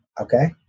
okay